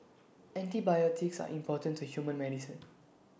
antibiotics are important to human medicine